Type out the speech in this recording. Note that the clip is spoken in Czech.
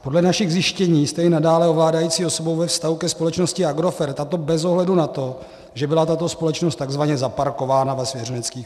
Podle našich zjištění jste i nadále ovládající osobou ve vztahu ke společnosti Agrofert, a to bez ohledu na to, že byla tato společnost tzv. zaparkována ve svěřeneckých fondech.